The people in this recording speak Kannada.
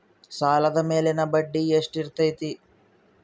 ಸಾಲದ ಮೇಲಿನ ಬಡ್ಡಿ ಎಷ್ಟು ಇರ್ತೈತೆ?